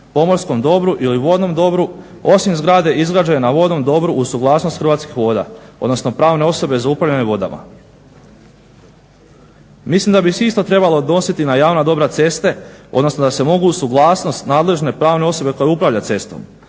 pomorskom dobru ili vodnom dobru. Osim zgrade izgrađene na vodnom dobru uz suglasnost Hrvatskih voda, odnosno pravne osobe za upravljanje vodama.". Mislim da bi se isto trebalo odnositi na javna dobra, ceste, odnosno da se mogu uz suglasnost nadležne pravne osobe koja upravlja cestom,